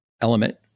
element